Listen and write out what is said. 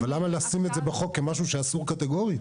אבל למה לשים את זה בחוק כמשהו שאסור קטגורית?